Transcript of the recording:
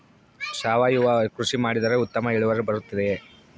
ಸಾವಯುವ ಕೃಷಿ ಮಾಡಿದರೆ ಉತ್ತಮ ಇಳುವರಿ ಬರುತ್ತದೆಯೇ?